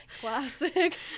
Classic